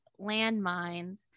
landmines